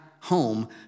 home